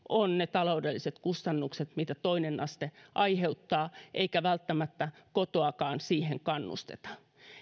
on ne taloudelliset kustannukset mitä toinen aste aiheuttaa eikä välttämättä kotoakaan siihen kannusteta